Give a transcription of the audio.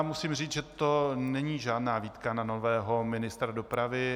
Musím říct, že to není žádná výtka na nového ministra dopravy.